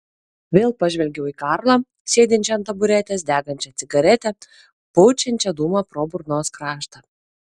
vėl pažvelgiau į karlą sėdinčią ant taburetės degančią cigaretę pučiančią dūmą pro burnos kraštą